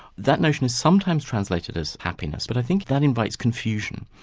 that notion is sometimes translated as happiness, but i think that invites confusion.